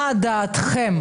מה דעתכם?